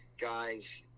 guys